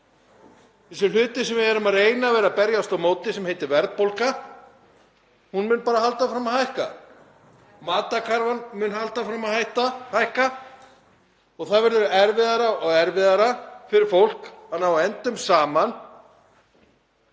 sem við höfum verið að reyna að berjast á móti, það sem heitir verðbólga, mun bara halda áfram að hækka. Matarkarfan mun halda áfram að hækka. Það verður erfiðara og erfiðara fyrir fólk að ná endum saman